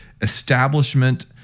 establishment